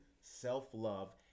Self-Love